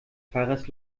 pfarrers